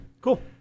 cool